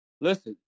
listen